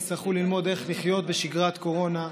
יצטרכו ללמוד איך לחיות בשגרת קורונה.